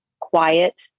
quiet